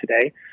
today